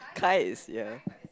Kai is ya